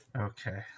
Okay